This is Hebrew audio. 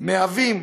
מהווים